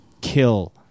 Kill